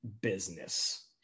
business